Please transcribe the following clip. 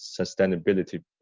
sustainability